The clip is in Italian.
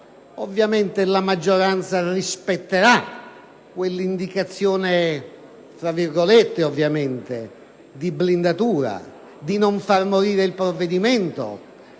Poi, la maggioranza rispetterà quella «indicazione di blindatura», volta a non far morire il provvedimento.